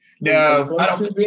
No